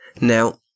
Now